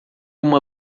uma